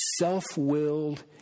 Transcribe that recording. self-willed